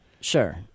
Sure